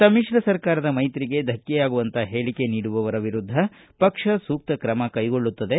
ಸಮಿತ್ರ ಸರಕಾರದ ಮೈತ್ರಿಗೆ ಧಕ್ಕೆಯಾಗುವಂಥ ಹೇಳಿಕೆ ನೀಡುವವರ ವಿರುದ್ಧ ಪಕ್ಷ ಸೂಕ್ತ ಕ್ರಮ ಕೈಗೊಳ್ಳುತ್ತದೆ